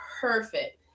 perfect